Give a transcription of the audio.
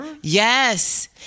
Yes